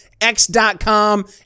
x.com